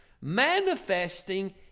manifesting